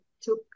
took